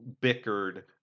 bickered